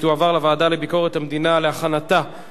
לוועדה לענייני ביקורת המדינה נתקבלה.